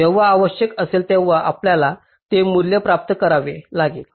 जेव्हा आवश्यक असेल तेव्हा आपल्याला ते मूल्य प्राप्त करावे लागेल